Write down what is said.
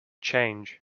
change